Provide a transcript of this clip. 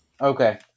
Okay